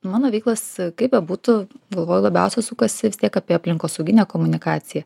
mano veiklos kaip bebūtų galvoju labiausia sukasi vis tiek apie aplinkosauginę komunikaciją